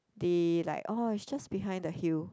they like orh it's just behind the hill